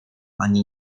ani